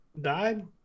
Died